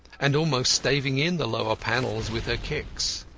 and almost staving in the lower panels with her kicks.